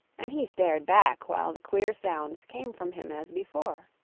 and he stared back while the queer sounds came from him as before